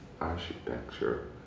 architecture